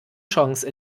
chance